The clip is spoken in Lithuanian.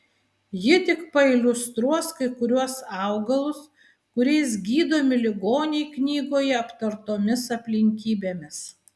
ji tik pailiustruos kai kuriuos augalus kuriais gydomi ligoniai knygoje aptartomis aplinkybėmis